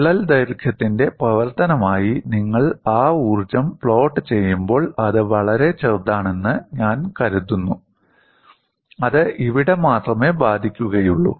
വിള്ളൽ ദൈർഘ്യത്തിന്റെ പ്രവർത്തനമായി നിങ്ങൾ ആ ഊർജ്ജം പ്ലോട്ട് ചെയ്യുമ്പോൾ അത് വളരെ ചെറുതാണെന്ന് ഞാൻ കരുതുന്നു അത് ഇവിടെ മാത്രമേ ബാധിക്കുകയുള്ളൂ